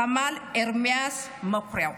סמל ארמיאס מקוריאו.